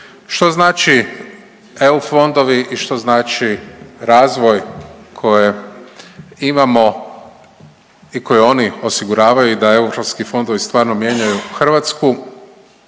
Što znači eu fondovi i što znači razvoj koje imamo i koji oni osiguravaju da eu fondovi stvarno mijenjaju Hrvatsku